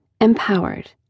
empowered